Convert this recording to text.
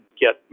get